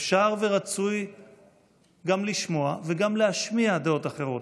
אפשר ורצוי גם לשמוע וגם להשמיע דעות אחרות,